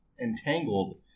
Entangled